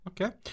Okay